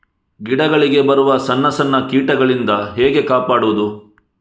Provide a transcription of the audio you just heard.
ಗಿಡಗಳಿಗೆ ಬರುವ ಸಣ್ಣ ಸಣ್ಣ ಕೀಟಗಳಿಂದ ಹೇಗೆ ಕಾಪಾಡುವುದು?